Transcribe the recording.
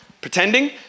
pretending